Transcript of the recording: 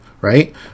right